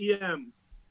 EMs